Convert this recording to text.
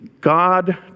God